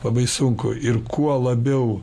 labai sunku ir kuo labiau